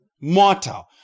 mortal